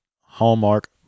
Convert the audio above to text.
Hallmark